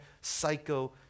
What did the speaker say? psycho-